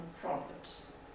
problems